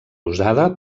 usada